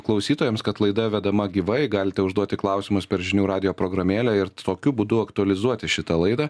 klausytojams kad laida vedama gyvai galite užduoti klausimus per žinių radijo programėlę ir tokiu būdu aktualizuoti šitą laidą